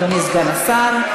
אדוני סגן השר.